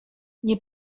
nie